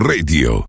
Radio